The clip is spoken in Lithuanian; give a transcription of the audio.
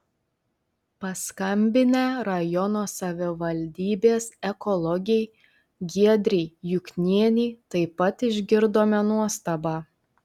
paskambinę rajono savivaldybės ekologei giedrei juknienei taip pat išgirdome nuostabą